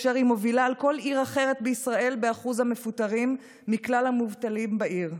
והיא מובילה על כל עיר אחרת בישראל באחוז המפוטרים מכלל המובטלים בעיר.